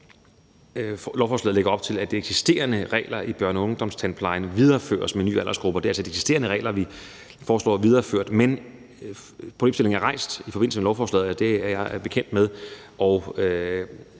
Lovforslaget lægger op til, at de eksisterende regler i børne- og ungdomstandplejen videreføres med de nye aldersgrupper. Det er altså de eksisterende regler, vi foreslår videreført, men den problemstilling er rejst i forbindelse med lovforslaget, og det er jeg bekendt med,